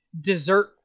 dessert